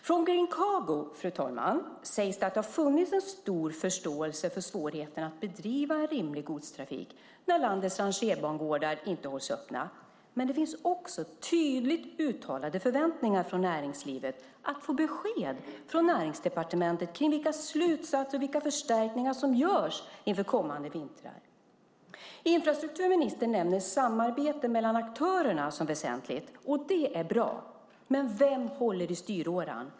Från Green Cargo, fru talman, sägs det att det har funnits en stor förståelse för svårigheten att bedriva rimlig godstrafik när landets rangerbangårdar inte hålls öppna. Men det finns också tydligt uttalade förväntningar från näringslivet när det gäller att få besked från Näringsdepartementet kring vilka slutsatser som dras och vilka förstärkningar som görs inför kommande vintrar. Infrastrukturministern nämner samarbete mellan aktörerna som väsentligt, och det är bra. Men vem håller i styråran?